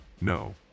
No